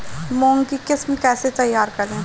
मूंग की किस्म कैसे तैयार करें?